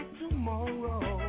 tomorrow